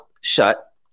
shut